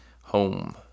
home